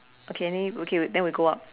okay only okay then we go up